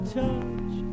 touch